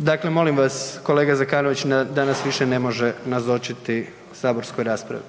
Dakle, molim vas kolega Zekanović danas više ne može nazočiti saborskoj raspravi.